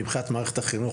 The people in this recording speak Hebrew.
מבחינת מערכת החינוך,